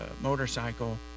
motorcycle